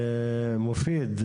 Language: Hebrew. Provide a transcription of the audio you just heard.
מופיד,